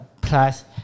plus